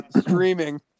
streaming